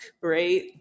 right